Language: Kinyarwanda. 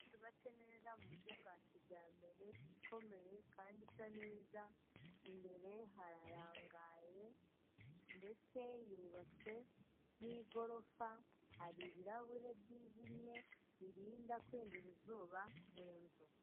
Yubatse neza mu buryo bwa kijyambere ikomeye kandi isa neza imbere hararangaye ndetse yubatse nk'igorofa, hari ibirahure byijimye birinda kwinjira izuba mu nzu.